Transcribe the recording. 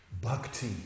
Bhakti